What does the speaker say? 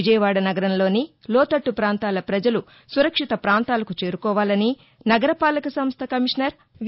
విజయవాడ నగరంలోని లోతట్లు ప్రాంతాల ప్రపజలు సురక్షిత ప్రాంతాలకు చేరుకోవాలని నగర పాలక సంస్ట కమీషనర్ వి